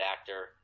actor